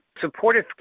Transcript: supportive